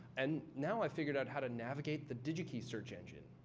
and now, i figured out how to navigate the digikey search engine,